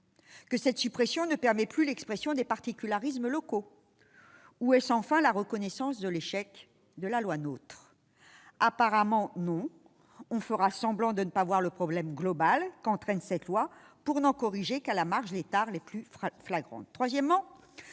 que cette suppression ne permet plus l'expression des particularismes locaux ? Est-ce enfin la reconnaissance de l'échec de la loi NOTRe ? Apparemment non. On fera semblant de ne pas voir le problème global qu'entraîne ce texte, pour n'en corriger qu'à la marge les tares les plus flagrantes.